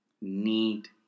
need